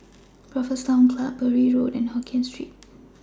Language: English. Raffles Town Club Bury Road and Hokien Street